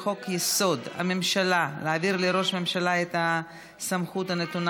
לחוק-יסוד: הממשלה להעביר לראש הממשלה את הסמכות הנתונה